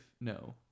No